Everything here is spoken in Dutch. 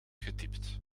getypt